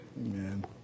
Amen